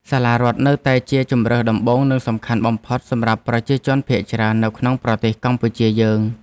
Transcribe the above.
សាលារដ្ឋនៅតែជាជម្រើសដំបូងនិងសំខាន់បំផុតសម្រាប់ប្រជាជនភាគច្រើននៅក្នុងប្រទេសកម្ពុជាយើង។